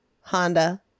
Honda